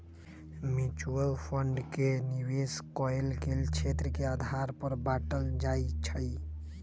mutual fund के निवेश कएल गेल क्षेत्र के आधार पर बाटल जाइ छइ